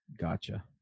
Gotcha